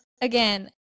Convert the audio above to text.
again